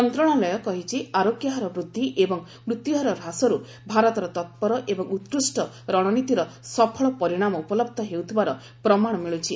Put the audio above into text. ମନ୍ତ୍ରଣାଳୟ କହିଛି ଆରୋଗ୍ୟ ହାର ବୃଦ୍ଧି ଏବଂ ମୃତ୍ୟୁହାର ହ୍ରାସର୍ ଭାରତର ତପୂର ଏବଂ ଉକ୍ରଷ୍ଟ ରଣନୀତିର ସଫଳ ପରିଣାମ ଉପଲହ୍ଧ ହେଉଥିବାର ପ୍ରମାଣ ମିଳୁଛି